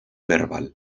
verbal